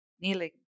kneeling